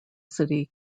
city